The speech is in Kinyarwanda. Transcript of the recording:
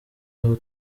aho